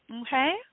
Okay